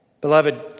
Beloved